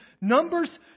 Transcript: Numbers